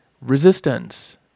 Resistance